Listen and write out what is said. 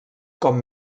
com